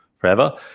forever